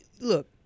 look